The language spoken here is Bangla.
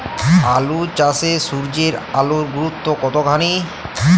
আলু চাষে সূর্যের আলোর গুরুত্ব কতখানি?